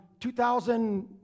2000